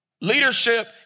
Leadership